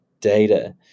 data